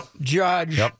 Judge